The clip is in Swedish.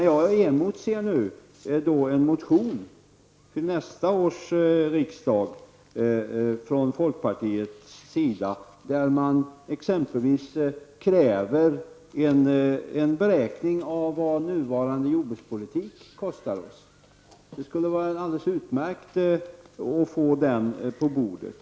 Jag emotser nu en motion till nästa års riksdag från folkpartiets sida där man exempelvis kräver en beräkning av vad nuvarande jordbrukspolitik kostar oss. Det skulle vara utmärkt att få en sådan på bordet.